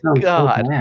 God